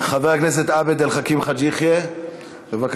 חבר הכנסת עבד אל חכים חאג' יחיא, בבקשה,